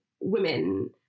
women